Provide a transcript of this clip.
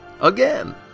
again